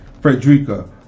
Frederica